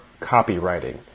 copywriting